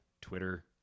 Twitter